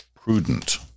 prudent